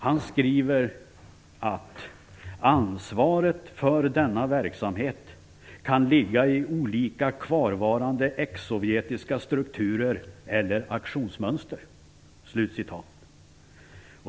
Carl Bildt skriver att "ansvaret för denna verksamhet kan ligga i olika kvarvarande ex-sovjetiska strukturer eller aktionsmönster".